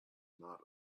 not